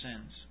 sins